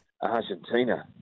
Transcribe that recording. Argentina